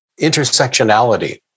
intersectionality